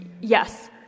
Yes